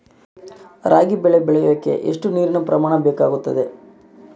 ರಾಗಿ ಬೆಳೆ ಬೆಳೆಯೋಕೆ ಎಷ್ಟು ನೇರಿನ ಪ್ರಮಾಣ ಬೇಕಾಗುತ್ತದೆ?